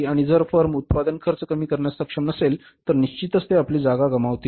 आणि जर फर्म उत्पादन खर्च कमी करण्यास सक्षम नसेल तर निश्चितच ते आपली जागा गमावतील